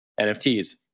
NFTs